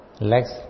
legs